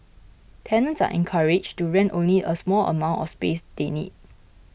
tenants are encouraged to rent only a small amount of space they need